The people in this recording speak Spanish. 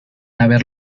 haber